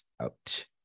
out